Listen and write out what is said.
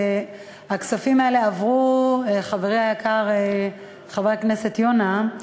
והכספים האלה אף עברו, חברי היקר, חבר הכנסת יונה,